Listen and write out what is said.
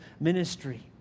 ministry